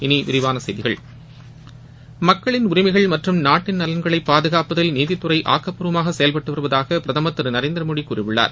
இனி விரிவான செய்திகள் மக்களின் உரிமைகள் மற்றும் நாட்டின் நலன்களை பாதுகாப்பதில் நீதித்துறை ஆக்கப்பூர்வமாக செயல்பட்டு வருவதாக பிரதமர் திரு நரேந்திரமோடி கூறியுள்ளார்